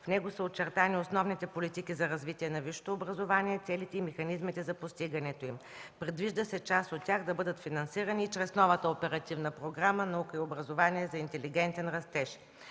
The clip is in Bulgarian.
В него са очертани основните политики за развитие на висшето образование, целите и механизмите за постигането им. Предвижда се част от тях да бъдат финансирани чрез новата Оперативна програма „Наука и образование – за интелигентен растеж”.